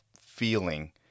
feeling